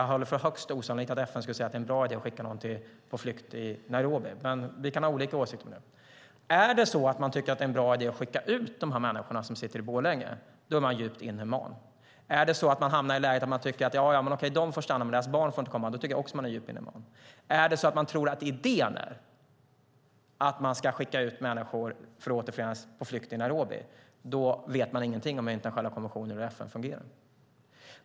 Det är högst osannolikt att FN skulle säga att det är en bra idé att skicka någon på flykt i Nairobi, men vi kan ha olika åsikter om det. Om man tycker att det är en bra idé att skicka ut människorna som sitter i Borlänge är man djupt inhuman. Är det så att man hamnar i läget där man tycker att de får stanna men att deras barn inte får komma tycker jag också att man är djupt inhuman. Är det så att man tror att idén är att man ska skicka ut människor för att återförenas på flykt i Nairobi vet man ingenting om internationella konventioner och hur FN fungerar.